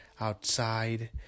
outside